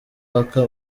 paka